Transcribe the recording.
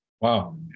Wow